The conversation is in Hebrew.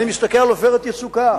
אני מסתכל על "עופרת יצוקה".